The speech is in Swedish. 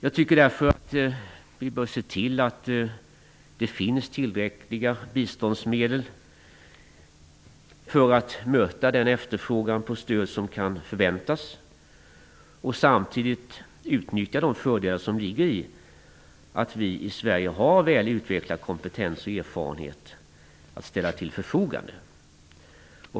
Jag tycker därför att vi bör se till att det finns tillräckliga biståndsmedel för att möta den efterfrågan på stöd som kan förväntas och samtidigt utnyttja de fördelar som ligger i att vi i Sverige har väl utvecklad kompetens och erfarenhet att ställa till förfogande.